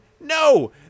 No